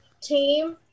team